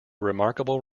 remarkable